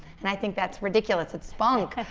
and i think that's ridiculous. it's funk,